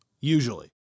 Usually